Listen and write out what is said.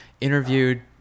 interviewed